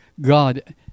God